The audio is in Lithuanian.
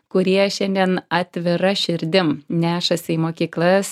kurie šiandien atvira širdim nešasi į mokyklas